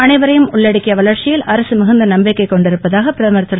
அனைவரையும் உள்ளடக்கிய வளர்ச்சியில் அரசு மிகுந்த நம்பிக்கை கொண்டுள்ளதாக பிரதமர் திரு